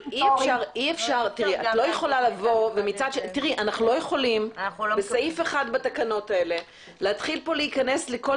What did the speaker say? אנחנו לא יכולים בסעיף אחד בתקנות האלה להתחיל להיכנס לכל